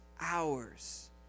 hours